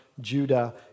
Judah